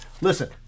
Listen